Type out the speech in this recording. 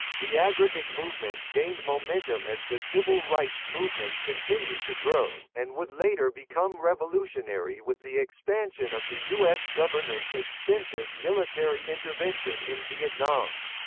the aggregate movement gained momentum as the civil rights movement continued to grow, and would later become revolutionary with the expansion of the us government's extensive military intervention in vietnam.